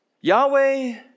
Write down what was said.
Yahweh